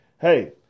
Hey